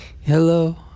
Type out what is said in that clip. Hello